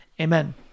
Amen